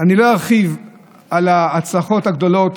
אני לא ארחיב על ההצלחות הגדולות